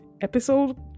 episode